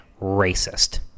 racist